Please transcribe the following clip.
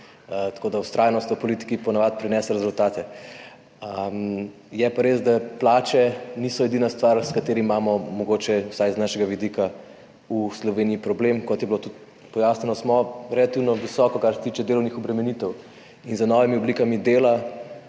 tako da vztrajnost v politiki po navadi prinese rezultate. Je pa res, da plače niso edina stvar, s katero imamo mogoče vsaj z našega vidika v Sloveniji problem. Kot je bilo tudi pojasnjeno, smo relativno visoko, kar se tiče delovnih obremenitev. Z novimi oblikami dela